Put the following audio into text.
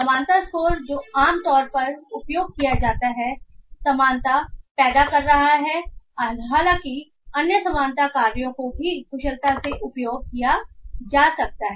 समानता स्कोर जो आमतौर पर उपयोग किया जाता है समानता पैदा कर रहा है हालांकि अन्य समानता कार्यों को भी कुशलता से उपयोग किया जा सकता है